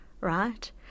right